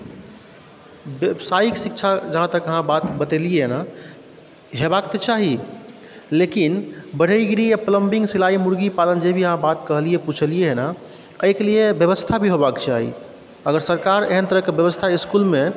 व्यवसायिक शिक्षा जहाँ तक हमरा बात बतेलिए हेँ न हेबाक तऽ चाही लेकिन बढ़ईगिरी प्लंबरिंग सिलाइ मुर्गी पालन अहाँ जे भी कहलियै हेँ पुछलियै हेँ एहिके लिए व्यवस्था भी होयबाक चाही अगर सरकार एहन तरहकेँ व्यवस्था इस्कूलमे